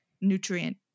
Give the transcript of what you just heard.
nutrient